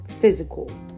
physical